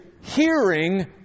hearing